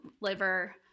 liver